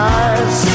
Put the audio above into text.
eyes